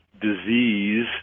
disease